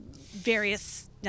various